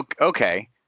Okay